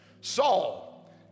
Saul